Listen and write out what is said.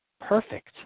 perfect